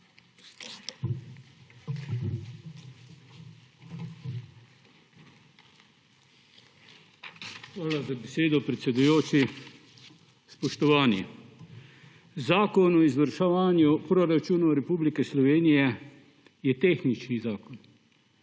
Hvala za besedo, predsedujoči. Spoštovani! Zakon o izvrševanju proračunov Republike Slovenije je tehnični zakon,